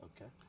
Okay